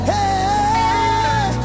Hey